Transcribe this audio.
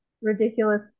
ridiculous